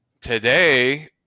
Today